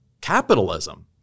capitalism